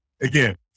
again